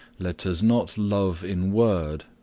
let us not love in word,